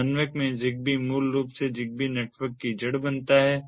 समन्वयक में ZigBee मूल रूप से ZigBee नेटवर्क की जड़ बनाता है